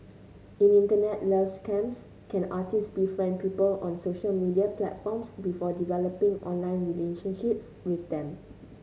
in Internet love scams con artists befriend people on social media platforms before developing online relationships with them